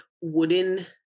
wooden